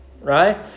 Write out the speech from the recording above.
right